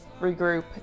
regroup